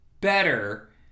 better